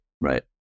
right